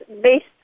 based